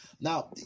Now